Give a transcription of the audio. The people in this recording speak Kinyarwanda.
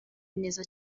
neza